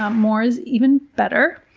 um more is even better.